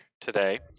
today